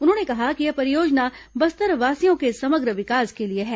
उन्होंने कहा कि यह परियोजना बस्तरवासियों के समग्र विकास के लिए है